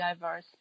diverse